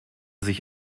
sich